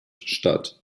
statt